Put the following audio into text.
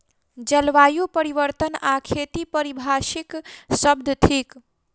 जलवायु परिवर्तन आ खेती पारिभाषिक शब्द थिक